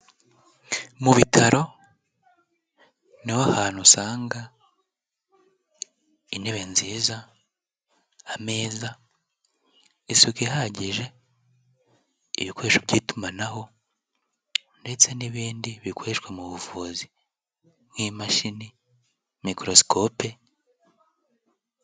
Mu bitaro ni ho hantu usanga intebe nziza, ameza, isuku ihagije, ibikoresho by'itumanaho ndetse n'ibindi bikoreshwa mu buvuzi nk'imashini, mikorosikope...